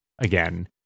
again